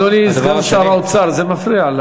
הדבר השני, אדוני סגן שר האוצר, זה מפריע.